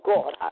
God